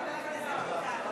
גם על דעתך?